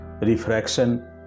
Refraction